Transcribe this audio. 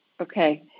Okay